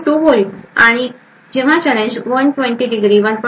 2 volts आणि जेव्हा challenge 120 ° 1